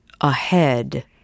ahead